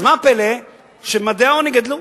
אז מה הפלא שממדי העוני גדלו?